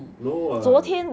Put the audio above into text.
no what